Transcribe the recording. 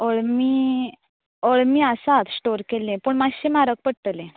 अळमी अळमी आसात स्टोर केल्ले पूण मातशें म्हारग पडटलें